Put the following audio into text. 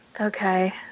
okay